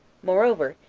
moreover,